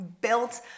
built